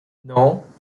non